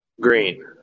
Green